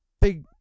big